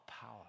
power